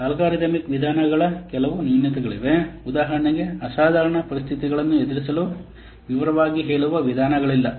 algorithmic ವಿಧಾನಗಳ ಕೆಲವು ನ್ಯೂನತೆಗಳಿವೆ ಉದಾಹರಣೆಗೆ ಅಸಾಧಾರಣ ಪರಿಸ್ಥಿತಿಗಳನ್ನು ಎದುರಿಸಲು ವಿವರವಾಗಿ ಹೇಳುವ ವಿಧಾನಗಳಿಲ್ಲ